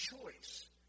choice